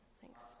Thanks